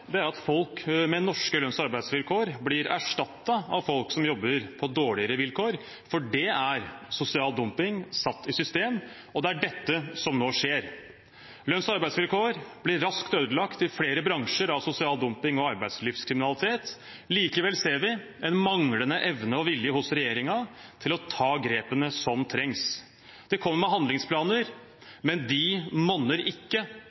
er at folk med norske lønns- og arbeidsvilkår blir erstattet av folk som jobber under dårligere vilkår. Det er sosial dumping satt i system, og det er dette som nå skjer. Lønns- og arbeidsvilkår blir i flere bransjer raskt ødelagt av sosial dumping og arbeidslivskriminalitet. Likevel ser vi en manglende evne og vilje hos regjeringen til å ta de grepene som trengs. De kommer med handlingsplaner, men det monner ikke